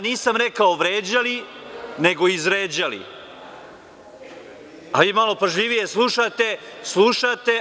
Nisam rekao vređali, nego izređali, a vi malo pažljivije slušajte.